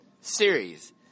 series